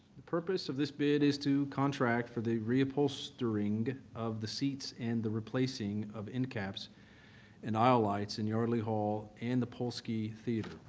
the purpose of this bid is to contract for the re-upholstering of the seats and the replacing of endcaps and aisle lights in yardley hall and the polsky theatre.